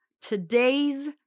Today's